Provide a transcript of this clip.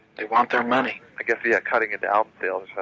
they want their money. i guess yeah, cutting an album